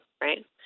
right